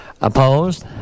Opposed